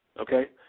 okay